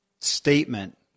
statement